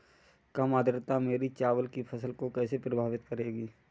कम आर्द्रता मेरी चावल की फसल को कैसे प्रभावित करेगी?